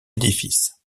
édifice